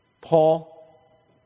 Paul